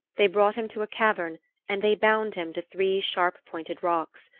they brought him to a cavern and they bound him to three sharp-pointed rocks.